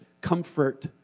comfort